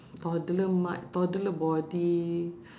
toddler toddler body